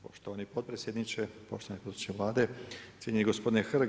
Poštovani potpredsjedniče, poštovani potpredsjedniče Vlade, cijenjeni gospodine Hrg.